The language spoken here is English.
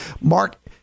Mark